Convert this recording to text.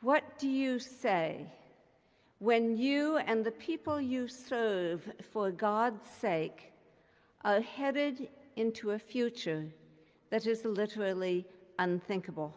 what do you say when you and the people you serve for god's sake are headed into a future that is literally unthinkable